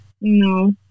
No